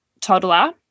toddler